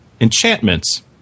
Enchantments